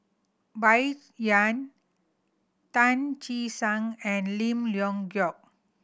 Bai Yan Tan Che Sang and Lim Leong Geok